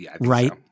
right